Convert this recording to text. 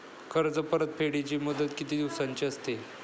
कर्ज परतफेडीची मुदत किती दिवसांची असते?